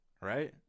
Right